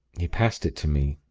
he passed it to me.